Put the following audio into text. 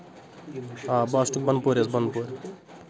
آ بَسٹ بَنپور حظ بَنپور